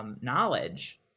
knowledge